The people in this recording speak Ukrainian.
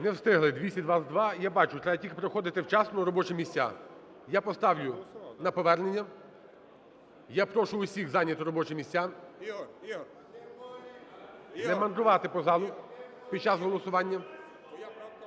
Не встигли. 222, я бачу. Треба тільки приходити вчасно на робочі місця. Я поставлю на повернення. Я прошу усіх зайняти робочі місця, не мандрувати по залу під час голосування.